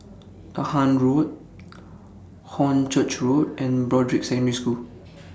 Dahan Road Hornchurch Road and Broadrick Secondary School